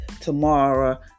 tomorrow